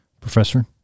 Professor